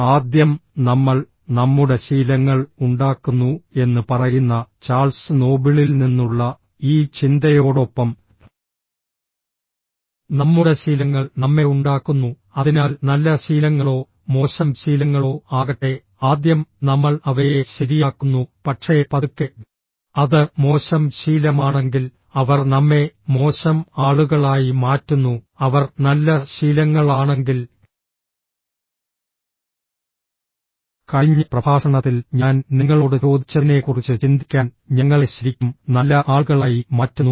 ആദ്യം നമ്മൾ നമ്മുടെ ശീലങ്ങൾ ഉണ്ടാക്കുന്നു എന്ന് പറയുന്ന ചാൾസ് നോബിളിൽ നിന്നുള്ള ഈ ചിന്തയോടൊപ്പം നമ്മുടെ ശീലങ്ങൾ നമ്മെ ഉണ്ടാക്കുന്നു അതിനാൽ നല്ല ശീലങ്ങളോ മോശം ശീലങ്ങളോ ആകട്ടെ ആദ്യം നമ്മൾ അവയെ ശരിയാക്കുന്നു പക്ഷേ പതുക്കെ അത് മോശം ശീലമാണെങ്കിൽ അവർ നമ്മെ മോശം ആളുകളായി മാറ്റുന്നു അവർ നല്ല ശീലങ്ങളാണെങ്കിൽ കഴിഞ്ഞ പ്രഭാഷണത്തിൽ ഞാൻ നിങ്ങളോട് ചോദിച്ചതിനെക്കുറിച്ച് ചിന്തിക്കാൻ ഞങ്ങളെ ശരിക്കും നല്ല ആളുകളായി മാറ്റുന്നു